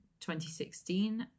2016